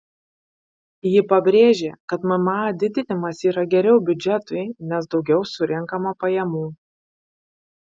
ji pabrėžė kad mma didinimas yra geriau biudžetui nes daugiau surenkama pajamų